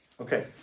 Okay